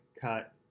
cut